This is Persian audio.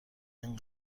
این